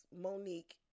monique